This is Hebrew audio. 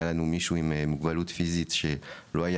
היה לנו מישהו עם מוגבלות פיזית שלא היה